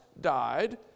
died